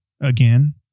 again